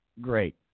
Great